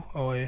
og